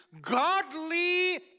godly